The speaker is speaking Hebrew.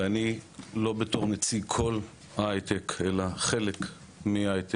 ואני לא בתור נציג כל ההיי-טק אלא חלק מההיי-טק,